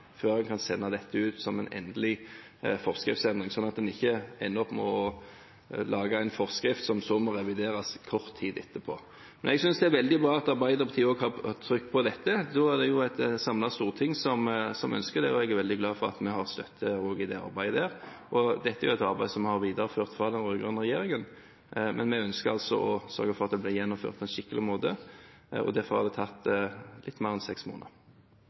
før en kan sende dette ut som en endelig forskriftsendring, slik at en ikke ender opp med å lage en forskrift som må revideres kort tid etterpå. Jeg synes det er veldig bra at Arbeiderpartiet også har trykk på dette. Da er det et samlet storting som ønsker det, og jeg er veldig glad for at vi også har støtte i det arbeidet, for dette er et arbeid som vi har videreført fra den rød-grønne regjeringen. Vi ønsker å sørge for at det blir gjennomført på en skikkelig måte, og derfor har det tatt litt mer enn seks måneder